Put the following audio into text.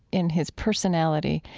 in his personality,